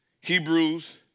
Hebrews